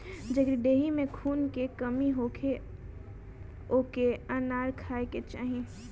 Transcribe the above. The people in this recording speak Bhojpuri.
जेकरी देहि में खून के कमी होखे ओके अनार खाए के चाही